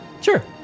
Sure